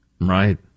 Right